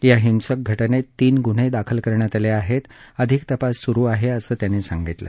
या हिंसक घटनेत तीन गुन्हे दाखल करण्यात आले असून अधिक तपास सुरू आहे असं त्यांनी सांगितलं